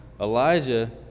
Elijah